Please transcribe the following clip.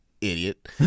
idiot